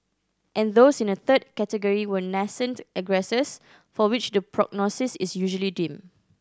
and those in a third category were nascent aggressors for which the prognosis is usually dim